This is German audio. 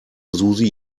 susi